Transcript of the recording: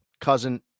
cousin